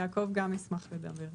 יעקב ביבאס גם ישמח לדבר.